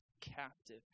captive